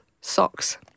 socks